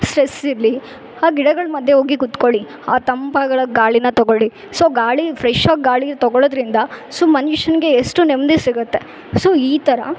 stress ಇರಲಿ ಆ ಗಿಡಗಳು ಮಧ್ಯ ಹೋಗಿ ಕುತ್ಕೊಳಿ ಆ ತಂಪಾಗ್ಲ ಗಾಳಿನ ತಗೊಳಿ ಸೊ ಗಾಳಿ ಫ್ರೆಶಾಗಿ ಗಾಳಿ ತಗೋಳ್ಳೋದರಿಂದ ಸೊ ಮನುಷ್ಯನಿಗೆ ಎಷ್ಟು ನೆಮ್ಮದಿ ಸಿಗುತ್ತೆ ಸೊ ಈ ಥರ